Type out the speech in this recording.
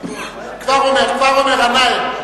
כבר אומר, כבר אומר, גנאים.